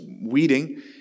weeding